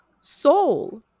Soul